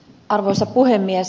arvoisa puhemies